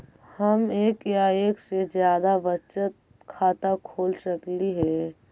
हम एक या एक से जादा बचत खाता खोल सकली हे?